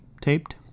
taped